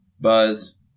Buzz